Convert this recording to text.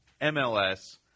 MLS